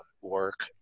work